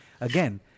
again